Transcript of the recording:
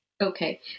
Okay